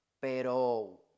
Pero